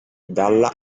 dalla